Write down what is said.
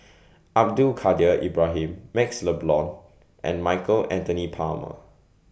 Abdul Kadir Ibrahim MaxLe Blond and Michael Anthony Palmer